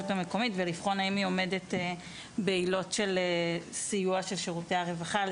המקומית ולבחון האם היא עומדת בעילות של סיוע של שירותי הרווחה.